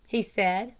he said,